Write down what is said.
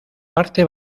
parte